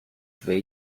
hui